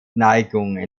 neigung